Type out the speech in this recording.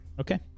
Okay